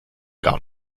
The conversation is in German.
gar